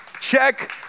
Check